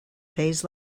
pays